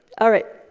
all right.